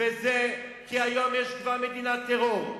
וזה כי היום יש כבר מדינת טרור.